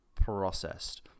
processed